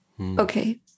okay